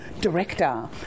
director